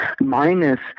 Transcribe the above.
minus